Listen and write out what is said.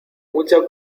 mucho